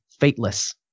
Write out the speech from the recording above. fateless